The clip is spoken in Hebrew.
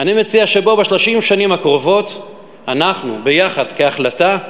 אני מציע שב-30 שנים הקרובות אנחנו ביחד, כהחלטה,